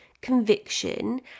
conviction